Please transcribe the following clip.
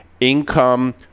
income